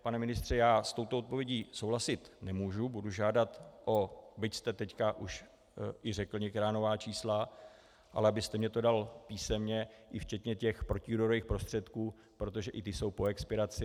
Pane ministře, s touto odpovědí souhlasit nemůžu, budu žádat, byť jste teď i řekl některá nová čísla, ale abyste mi to dal písemně včetně protiúderových prostředků, protože i ty jsou po expiraci.